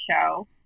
show